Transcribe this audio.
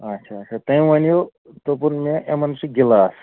اَچھا اَچھا تٔمۍ ؤنِو دوٚپُن مےٚ یِمن چھِ گِلاس